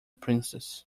princess